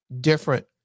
different